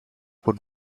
would